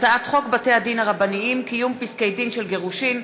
הצעת חוק בתי-הדין הרבניים (קיום פסקי-דין של גירושין)